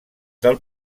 del